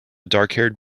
darkhaired